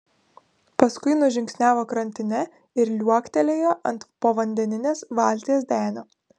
paskui nužingsniavo krantine ir liuoktelėjo ant povandeninės valties denio